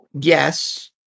Yes